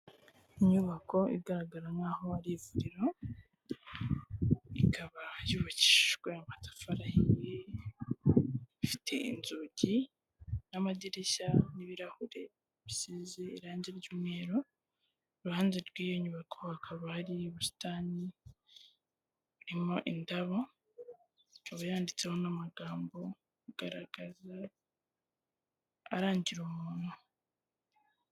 Inyubako igaragara nk'aho ari ivuriro ikaba yubakijwe amatafar ahiye ifite inzugi n'amadirishya n'ibirahure bisize irangi ry'umweru, iruhande rw'iyo nyubako hakaba hari ubusitani burimo indabo ikaba yanditseho n'amagambo agaragaza arangira umuntu.